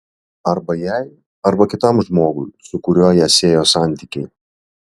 arba jai arba kitam žmogui su kuriuo ją siejo santykiai